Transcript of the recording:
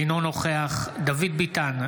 אינו נוכח דוד ביטן,